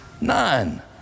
None